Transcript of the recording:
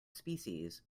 species